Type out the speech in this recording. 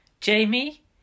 Jamie